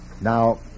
Now